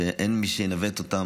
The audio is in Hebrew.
אין מי שינווט אותם.